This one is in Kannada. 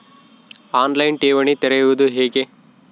ಆನ್ ಲೈನ್ ಠೇವಣಿ ತೆರೆಯುವುದು ಹೇಗೆ?